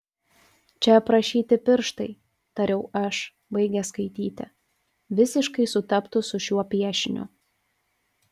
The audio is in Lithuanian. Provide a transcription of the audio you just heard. čia aprašyti pirštai tariau aš baigęs skaityti visiškai sutaptų su šiuo piešiniu